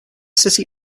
city